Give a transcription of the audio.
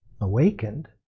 awakened